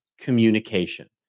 communication